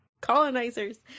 colonizers